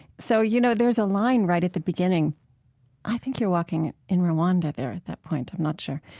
so, you know, there's a line right at the beginning i think you're walking in rwanda their at that point i'm not sure.